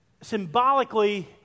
symbolically